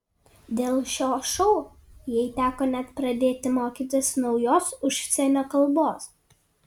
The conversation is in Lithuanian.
dėl šio šou jai teko net pradėti mokytis naujos užsienio kalbos